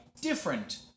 different